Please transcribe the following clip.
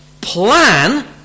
plan